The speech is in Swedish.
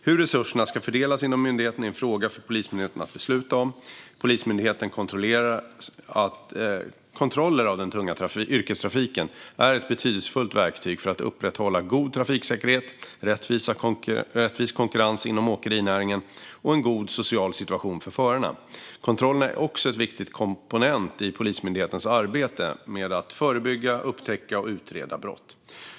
Hur resurserna ska fördelas inom myndigheten är en fråga för Polismyndigheten att besluta om. Polismyndighetens kontroller av den tunga yrkestrafiken är ett betydelsefullt verktyg för att upprätthålla god trafiksäkerhet, rättvis konkurrens inom åkerinäringen och en god social situation för förarna. Kontrollerna är också en viktig komponent i Polismyndighetens arbete med att förebygga, upptäcka och utreda brott.